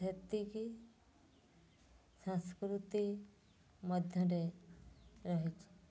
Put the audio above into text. ସେତିକି ସଂସ୍କୃତି ମଧ୍ୟରେ ରହିଛି